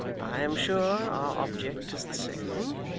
i am sure our object is the same.